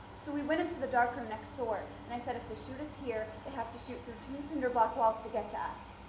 so we went into the dark room next door and i said if the shooter's here, they have to shoot through two cinder block walls to get to us.